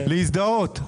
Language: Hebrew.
להזדהות.